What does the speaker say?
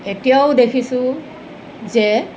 এতিয়াও দেখিছোঁ যে